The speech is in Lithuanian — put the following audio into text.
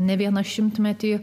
ne vieną šimtmetį